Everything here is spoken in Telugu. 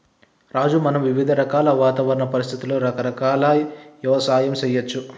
రాజు మనం వివిధ రకాల వాతావరణ పరిస్థితులలో రకరకాల యవసాయం సేయచ్చు